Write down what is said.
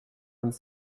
vingt